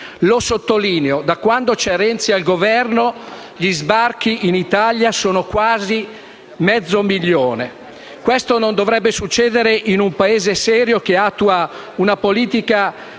Sottolineo che da quando c'è Renzi al Governo gli sbarchi in Italia sono quasi mezzo milione. Questo non dovrebbe succedere in un Paese serio che attua una politica